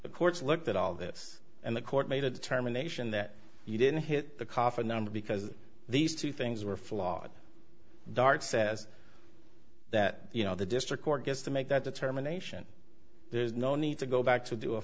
the courts looked at all this and the court made a determination that you didn't hit the coffin number because these two things were flawed dart says that you know the district court has to make that determination there's no need to go back to do a